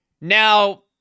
Now